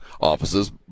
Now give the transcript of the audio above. offices